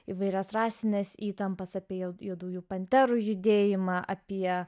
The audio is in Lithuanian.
įvairias rasines įtampas apie jos juodųjų panterų judėjimą apie